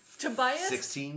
Tobias